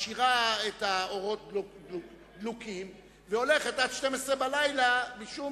משאירה את האורות דלוקים והולכת עד 24:00 משום